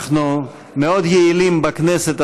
אנחנו מאוד יעילים בכנסת,